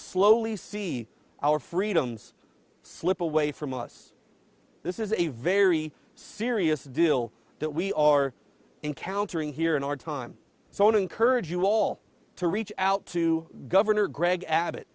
slowly see our freedoms slip away from us this is a very serious deal that we are encountering here in our time so encourage you all to reach out to governor greg a